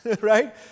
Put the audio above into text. right